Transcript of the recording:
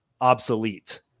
obsolete